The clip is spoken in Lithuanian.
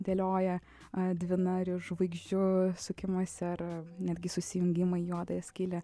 dėlioja dvinarių žvaigždžių sukimąsi ar netgi susijungimą juodąją skylę